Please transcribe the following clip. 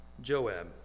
Joab